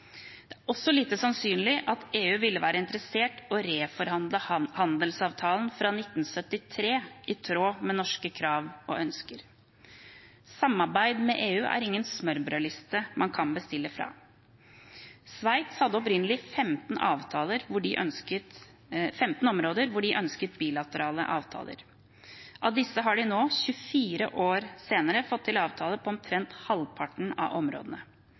Det er også lite sannsynlig at EU ville være interessert i å reforhandle handelsavtalen fra 1973 i tråd med norske krav og ønsker. Samarbeid med EU er ingen smørbrødliste man kan bestille fra. Sveits hadde opprinnelig 15 områder hvor de ønsket bilaterale avtaler. Av disse har de nå – 24 år senere – fått til avtaler for omtrent halvparten av områdene,